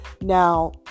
Now